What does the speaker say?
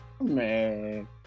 Man